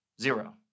Zero